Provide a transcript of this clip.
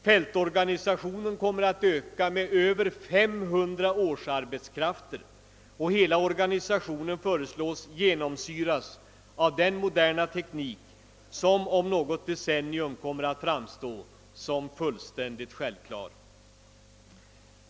Fältorganisationen kommer att öka med över 500 årsarbetskrafter, och hela organisationen föreslås bli genomsyrad av den moderna teknik, som om något decennium kommer att framstå som fullständigt självklar.